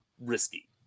risky